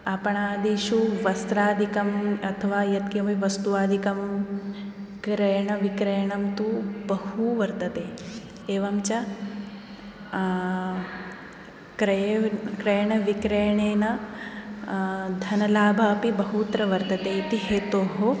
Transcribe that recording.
आपणादिषु वस्त्रादिकम् अथवा यत्किमपि वस्तु आदिकं क्रयणविक्रयणं तु बहू वर्तते एवञ्च क्रये क्रयणविक्रयणेन धनलाभः अपि बहुत्र वर्तते इति हेतोः